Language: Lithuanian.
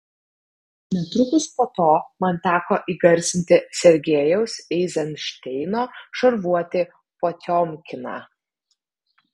netrukus po to man teko įgarsinti sergejaus eizenšteino šarvuotį potiomkiną